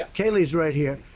kayleigh's right here.